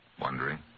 wondering